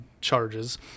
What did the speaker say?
charges